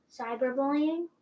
Cyberbullying